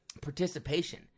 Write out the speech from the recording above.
Participation